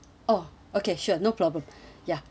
orh okay sure no problem ya